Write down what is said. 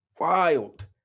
Wild